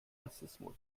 rassismus